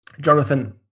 Jonathan